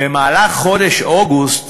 במהלך חודש אוגוסט,